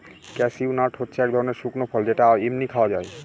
cashew nut হচ্ছে এক ধরনের শুকনো ফল যেটা এমনি খাওয়া যায়